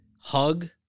hug